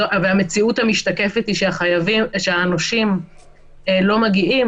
והמציאות המשתקפת היא שהנושים לא מגיעים.